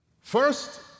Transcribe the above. First